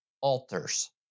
altars